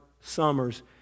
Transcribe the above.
summers